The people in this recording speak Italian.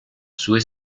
sue